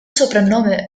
soprannome